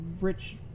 Rich